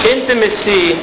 Intimacy